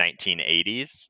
1980s